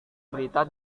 berita